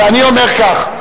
ואני אומר כך,